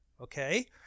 okay